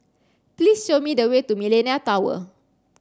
please show me the way to Millenia Tower